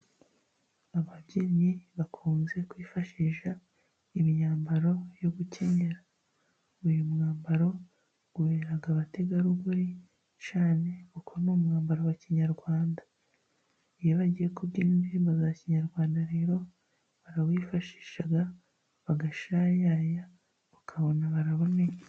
Ababyinnyi bakunze kwifashisha imyambaro yo gukenyera, uyu mwambaro ubera abategarugori cyane kuko ni umwambaro wa Kinyarwanda. Iyo bagiye kubyina indirimbo za Kinyarwanda rero barawifashisha bagashayaya ukabona baraboneye.